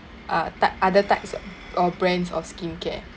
ah type other types or brands or skincare